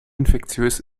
infektiös